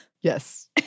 Yes